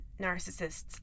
narcissists